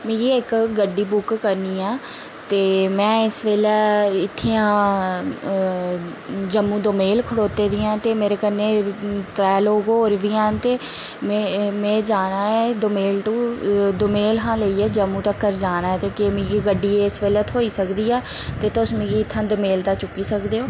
मिगी इक गड्डी बुक करनी ऐ ते में इस बेल्लै इत्थें आं जम्मू दोमेल खड़ोती दी आं ते मेरे कन्नै त्रै लोक होर बी हैन ते में में जाना ऐ दोमेल टु दोमेल हा लेइयै जम्मू तगर जाना ऐ ते केह् मिगी गड्डी इस बेल्लै थ्होई सकदी ऐ ते तुस मिगी इत्थें दोमेल दा चुक्की सकदे ओ